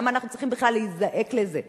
למה אנחנו צריכים בכלל להיזעק לזה?